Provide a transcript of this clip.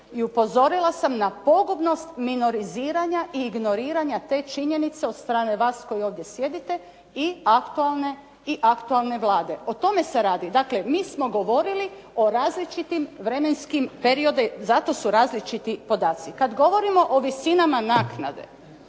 I upozorila sam na pogubnost minoriziranja i ignoriranja te činjenice od strane vas koji ovdje sjedite i aktualne Vlade. O tome se radi. Dakle, mi smo govorili o različitim vremenskim periodima, zato su različiti podaci. Kada govorimo o visinama naknade.